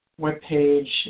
webpage